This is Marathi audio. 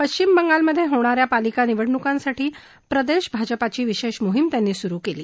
पश्चिम बंगालमधे होणा या पालिका निवडणुकांसाठी प्रदेश भाजपाची विशेष मोहिम त्यांनी सुरु केली